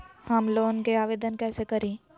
Home loan के आवेदन कैसे करि?